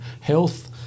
health